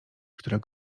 które